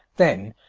then,